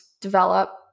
develop